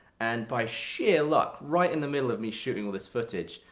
and by sheer luck, right in the middle of me shooting all this footage,